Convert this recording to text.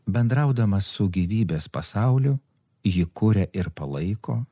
bendraudama su gyvybės pasauliu ji kuria ir palaiko